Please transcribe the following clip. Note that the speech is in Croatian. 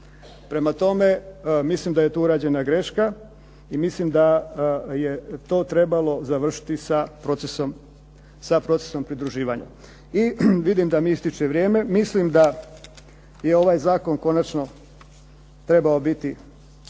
Prema tome, mislim da je tu urađena greška, i mislim da je to trebalo završiti sa procesom pridruživanja. I vidim da mi ističe vrijeme. Mislim da je ovaj zakon konačno treba biti